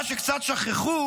מה שקצת שכחו